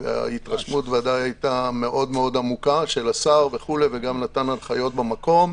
ההתרשמות של השר הייתה מאוד מאוד עמוקה והוא גם נתן הנחיות במקום